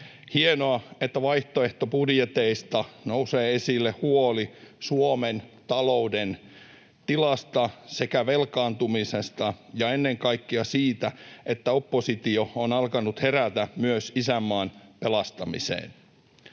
Hienoa, että vaihtoehtobudjeteista nousee esille huoli Suomen talouden tilasta sekä velkaantumisesta ja ennen kaikkea se, että oppositio on alkanut herätä myös isänmaan pelastamiseen.